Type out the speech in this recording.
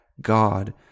God